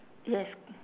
yes